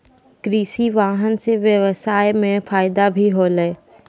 कृषि वाहन सें ब्यबसाय म फायदा भी होलै